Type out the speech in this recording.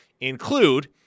include